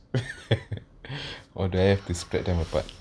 or do I have to spread them apart